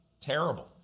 Terrible